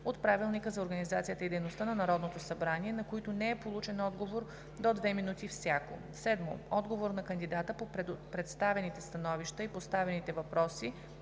от Правилника за организацията и дейността на Народното събрание, на които не е получен отговор – до две минути всяко. 7. Отговор на кандидата по представените становища и поставените въпроси